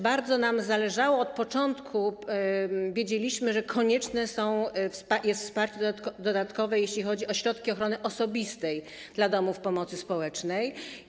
Bardzo nam zależało od początku, wiedzieliśmy, że konieczne jest wsparcie dodatkowe, jeśli chodzi o środki ochrony osobistej dla domów pomocy społecznej.